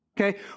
Okay